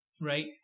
right